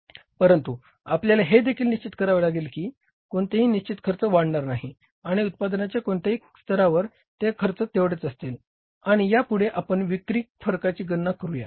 परंतु आपल्याला हे देखील निश्चित करावे लागेल की कोणतेही निश्चित खर्च वाढणार नाही आणि उत्पादनाच्या कोणत्याही स्तरावर ते खर्च तेवढेच असतील आणि या पुढे आपण विक्री फरकाची गणना करूया